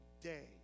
day